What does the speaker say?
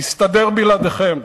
יסתדר בלעדיכם.